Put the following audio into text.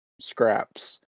scraps